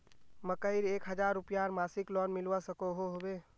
मकईर एक हजार रूपयार मासिक लोन मिलवा सकोहो होबे?